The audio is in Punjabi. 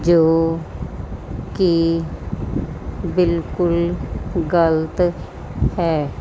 ਜੋ ਕਿ ਬਿਲਕੁਲ ਗਲਤ ਹੈ